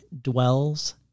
dwells